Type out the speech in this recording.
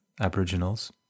Aboriginals